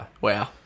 Wow